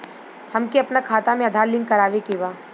हमके अपना खाता में आधार लिंक करावे के बा?